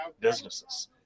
businesses